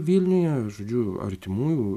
vilniuje žodžiu artimųjų